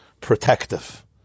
protective